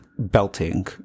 belting